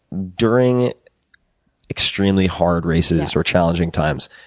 during extremely hard races, or challenging times,